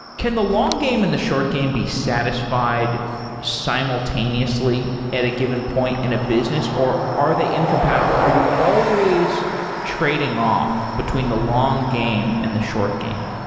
can the long game and the short game be satisfied simultaneously at a given point in a business? or are they incompatible? are you always trading off between the long game and the short game?